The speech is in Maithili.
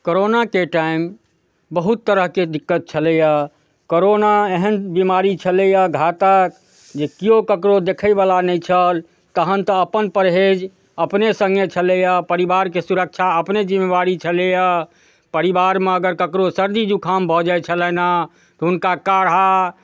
कोरोनाके टाइम बहुत तरहके दिक्कत छलैए कोरोना एहन बीमारी छलैए घातक जे केओ ककरो देखैवला नहि छल तहन तऽ अपन परहेज अपने सङ्गे छलैए परिवारके सुरक्षा अपने जिम्मेवारी छलैए परिवारमे अगर ककरो सर्दी जुकाम भऽ जाइ छलनि हँ हुनका काढ़ा